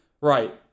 Right